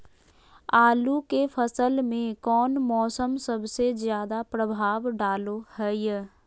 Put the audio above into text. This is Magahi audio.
आलू के फसल में कौन मौसम सबसे ज्यादा प्रभाव डालो हय?